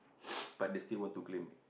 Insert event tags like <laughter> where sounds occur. <breath> but they still want to claim